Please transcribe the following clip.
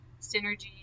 synergy